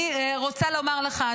אני רוצה לומר לך,